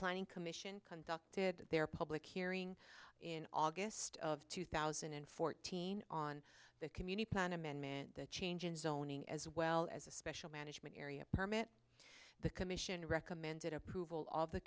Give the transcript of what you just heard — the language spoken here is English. planning commission conducted their public hearing in august of two thousand and fourteen on the community plan amendment the change in zoning as well as a special management area permit the commission recommended